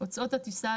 הוצאות הטיסה,